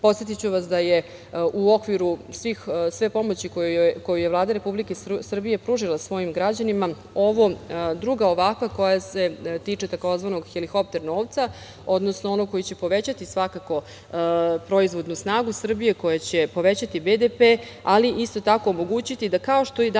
sati. Podsetiću vas da je u okviru sve pomoći, koje je Vlada Republike Srbije pružila svojim građanima, ovo druga ovakva koja se tiče tzv. helikopter novca, odnosno onog koji će povećati svakako proizvodnu snagu Srbije, koja će povećati BDP, ali isto tako omogućiti da kao što i danas